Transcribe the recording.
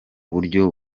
buryo